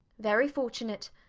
very fortunate.